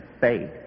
faith